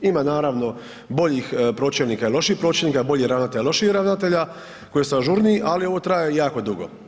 Ima naravno boljih pročelnika i lošijih pročelnika, boljih ravnatelja i lošijih ravnatelja koji su ažurniji, ali ovo traje jako dugo.